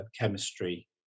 chemistry